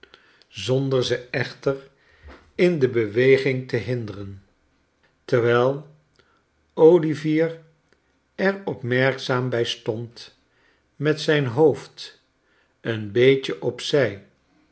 zonder ze echter in de beweging te hinderen terwijl olivier er opmerkzaam bij stond met zijn hoofd een beetje op